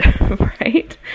right